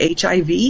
HIV